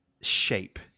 shape